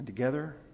Together